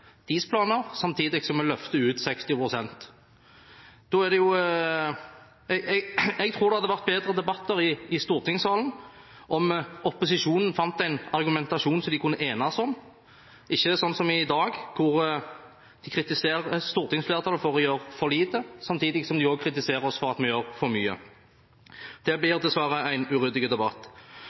planer, samtidig som vi løfter ut 60 pst. Jeg tror det hadde vært bedre debatter i stortingssalen om opposisjonen fant en argumentasjon som de kunne enes om, ikke slik som det er i dag, hvor de kritiserer stortingsflertallet for å gjøre for lite, samtidig som de kritiserer oss for å gjøre for mye. Det blir dessverre en uryddig debatt.